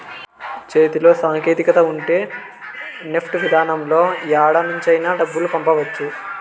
చేతిలో సాంకేతికత ఉంటే నెఫ్ట్ విధానంలో యాడ నుంచైనా డబ్బులు పంపవచ్చు